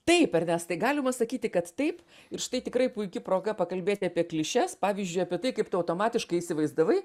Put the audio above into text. taip ernestai galima sakyti kad taip ir štai tikrai puiki proga pakalbėt apie klišes pavyzdžiui apie tai kaip tu automatiškai įsivaizdavai